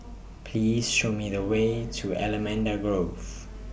Please Show Me The Way to Allamanda Grove